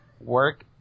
work